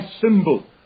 symbol